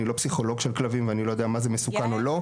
אני לא פסיכולוג של כלבים ואני לא יודע מה זה מסוכן או לא.